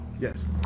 yes